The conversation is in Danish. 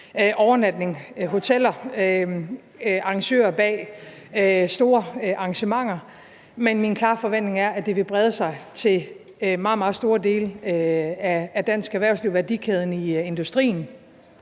hotelovernatninger, arrangører bag store arrangementer – men det er også min klare forventning, at det vil brede sig til meget, meget store dele af dansk erhvervsliv, værdikæden i industrien